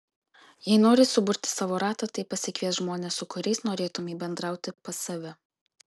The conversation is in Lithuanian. jei nori suburti savo ratą tai pasikviesk žmones su kuriais norėtumei bendrauti pas save